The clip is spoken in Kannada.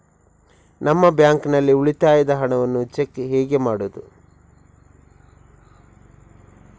ನಮ್ಮ ಬ್ಯಾಂಕ್ ನಲ್ಲಿ ಉಳಿತಾಯದ ಹಣವನ್ನು ಚೆಕ್ ಹೇಗೆ ಮಾಡುವುದು?